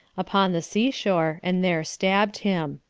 upon the sea-shore, and there stabbed him.